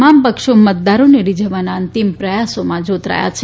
તમામ પક્ષો મતદારોને રીઝવવાના અંતિમ પ્રયાસોમાં જોતરાયા છે